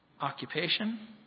Occupation